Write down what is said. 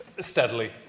steadily